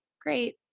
great